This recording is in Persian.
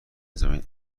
زمین